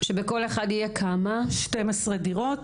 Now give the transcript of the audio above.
בכל אחד יהיו 12 דירות,